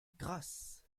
grâce